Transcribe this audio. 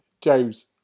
James